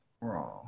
wrong